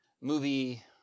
movie